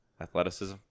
Athleticism